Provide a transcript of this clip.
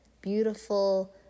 beautiful